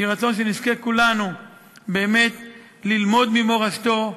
יהי רצון שנזכה כולנו באמת ללמוד ממורשתו,